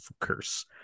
curse